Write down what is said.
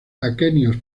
aquenios